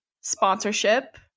sponsorship